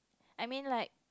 I mean like